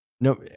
no